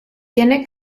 tiene